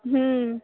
হুম